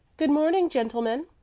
good-morning, gentlemen,